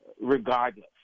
regardless